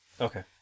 Okay